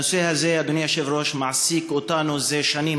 הנושא הזה, אדוני היושב-ראש, מעסיק אותנו זה שנים.